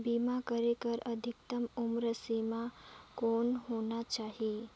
बीमा करे बर अधिकतम उम्र सीमा कौन होना चाही?